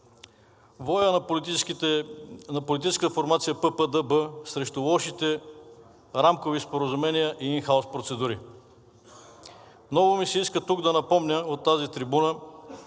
воя на политическата формация ПП-ДБ срещу лошите рамкови споразумения и ин хаус процедурите. Много ми се иска тук да напомня, от тази трибуна,